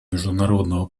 международного